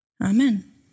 Amen